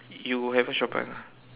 you haven't shop ah